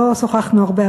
לא שוחחנו הרבה,